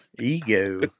ego